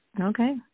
Okay